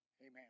Amen